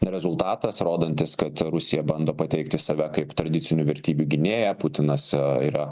rezultatas rodantis kad rusija bando pateikti save kaip tradicinių vertybių gynėją putinas yra